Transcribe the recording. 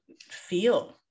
feel